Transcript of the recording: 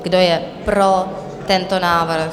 Kdo je pro tento návrh?